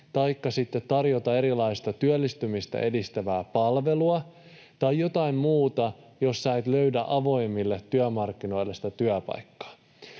taikka sitten tarjota erilaista työllistymistä edistävää palvelua tai jotain muuta, jos sinä et löydä avoimilta työmarkkinoilta sitä työpaikkaa.